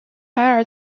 凯尔